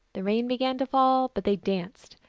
the rain began to fall, but they danced.